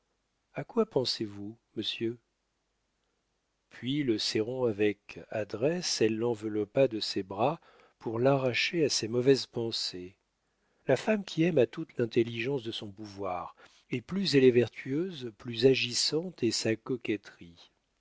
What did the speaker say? a quoi pensez-vous monsieur puis le serrant avec adresse elle l'enveloppa de ses bras pour l'arracher à ses mauvaises pensées la femme qui aime a toute l'intelligence de son pouvoir et plus elle est vertueuse plus agissante est sa coquetterie